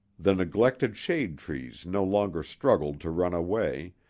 the neglected shade trees no longer struggled to run away,